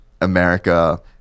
america